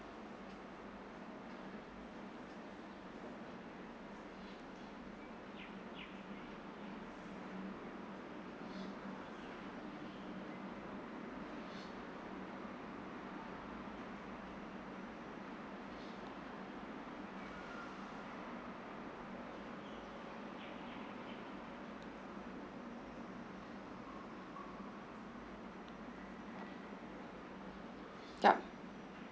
yup